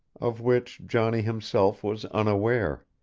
of which johnny himself was unaware.